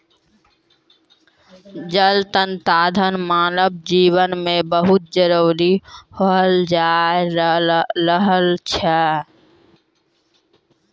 जल संसाधन मानव जिवन मे बहुत जरुरी होलो जाय रहलो छै